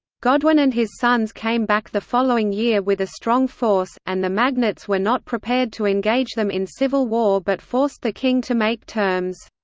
godwine and his sons came back the following year with a strong force, and the magnates were not prepared to engage them in civil war but forced the king to make terms.